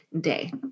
day